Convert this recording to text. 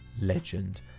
legend